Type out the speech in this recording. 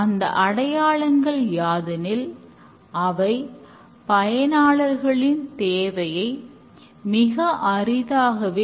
ஒருங்கிணைந்த சோதனையில் அட்டவணை தவறுதல் முதலில் ஆரம்பித்து பின்னர் அது மிகவும் மோசமாகிறது